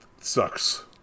sucks